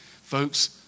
Folks